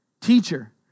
teacher